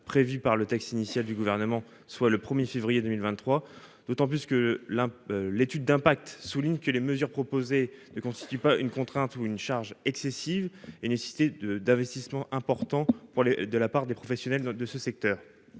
prévu par le texte initial du Gouvernement, soit le 1février 2023. En effet, selon l'étude d'impact, la mesure proposée ne constitue pas une contrainte ou une charge excessive et ne nécessite pas d'investissements importants de la part des professionnels du secteur,